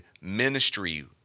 ministry